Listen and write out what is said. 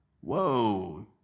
whoa